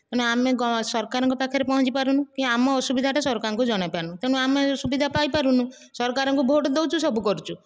ଏଣୁ ଆମେ ସରକାରଙ୍କ ପାଖରେ ପହଁଞ୍ଚିପାରୁନୁ କି ଆମ ଅସୁବିଧାଟା ସରକାରଙ୍କୁ ଜଣେଇପାରୁନୁ ତେଣୁ ଆମେ ସୁବିଧା ପାଇପାରୁନୁ ସରକାରଙ୍କୁ ଭୋଟ ଦଉଛୁ ସବୁ କରୁଛୁ